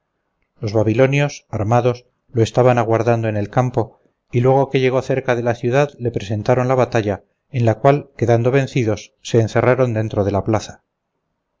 los babilonios armados lo estaban aguardando en el campo y luego que llegó cerca de la ciudad le presentaron la batalla en la cual quedando vencidos se encerraron dentro de la plaza